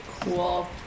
Cool